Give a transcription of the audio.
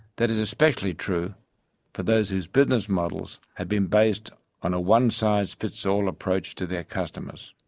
that is especially true for those whose business models have been based on a one-size-fits-all approach to their customers.